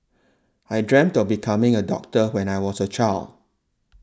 I dreamt of becoming a doctor when I was a child